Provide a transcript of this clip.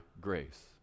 grace